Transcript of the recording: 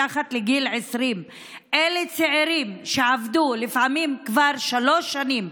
מתחת לגיל 20. אלה צעירים שעבדו לפעמים כבר שלוש שנים,